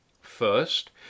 First